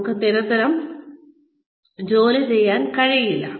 നമുക്ക് നിരന്തരം ജോലി ചെയ്യാൻ കഴിയില്ല